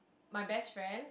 my best friend